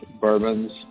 bourbons